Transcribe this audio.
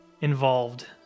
involved